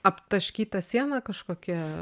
aptaškyta siena kažkokia